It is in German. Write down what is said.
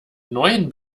neuen